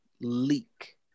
leak